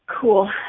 Cool